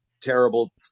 terrible